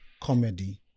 comedy